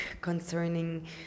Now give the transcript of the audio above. concerning